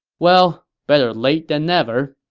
well, better late than never